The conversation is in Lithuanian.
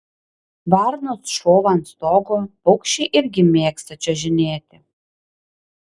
varnos šou ant stogo paukščiai irgi mėgsta čiuožinėti